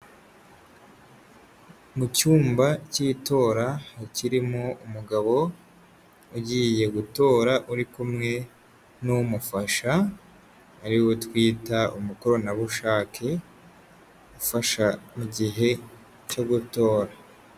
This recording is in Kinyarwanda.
Mu cyumba cy'itora kirimo umugabo ugiye gutora, uri kumwe n'umufasha ari we twita umukoranabushake ufasha mu gihe cyo gutora.